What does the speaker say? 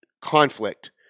conflict